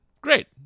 Great